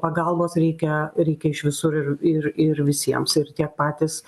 pagalbos reikia reikia iš visur ir ir ir visiems ir tie patys